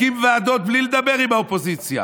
הקימו ועדות בלי לדבר עם האופוזיציה,